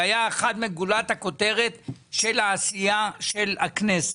זה היה מגולת הכותרת של העשייה של הכנסת,